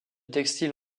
textile